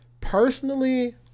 personally